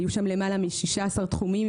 היו שם למעלה מ-16 תחומים.